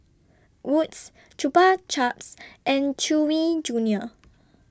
Wood's Chupa Chups and Chewy Junior